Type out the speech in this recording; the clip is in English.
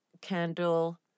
candle